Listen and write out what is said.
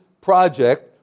project